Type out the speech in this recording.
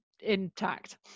intact